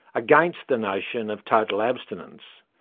against the notion of total abstinence.